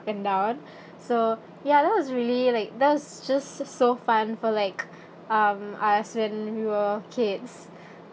and down so ya that was really like there's just so fun for like um as when we were kids